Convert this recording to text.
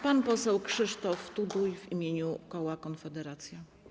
Pan poseł Krzysztof Tuduj w imieniu koła Konfederacja.